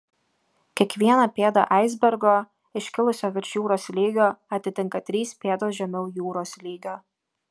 kiekvieną pėdą aisbergo iškilusio virš jūros lygio atitinka trys pėdos žemiau jūros lygio